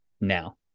now